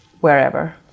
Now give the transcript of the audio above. wherever